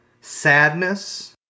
sadness